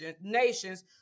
nations